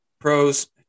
pros